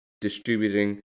distributing